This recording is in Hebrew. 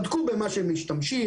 בדקו במה משתמשים,